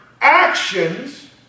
actions